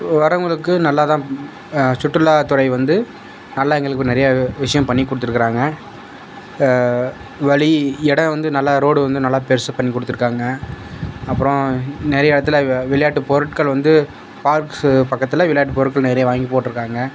வரவர்களுக்கு நல்லாதான் சுற்றுலாத்துறை வந்து நல்லா எங்களுக்கு நிறையா விஷயம் பண்ணிக் கொடுத்துருக்காங்க வழி இடம் வந்து நல்லா ரோடு வந்து நல்லா பெருசுப் பண்ணி கொடுத்துருக்காங்க அப்புறம் நிறையா இடத்துல விய விளையாட்டு பொருட்கள் வந்து பார்க்ஸு பக்கத்தில் விளையாட்டு பொருட்கள் நிறையா வாங்கி போட்டிருக்காங்க